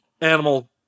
animal